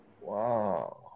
Wow